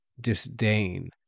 disdain